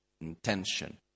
intention